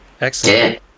Excellent